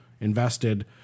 invested